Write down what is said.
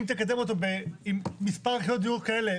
אם תקדם אותו עם מספר יחידות דיור כאלה,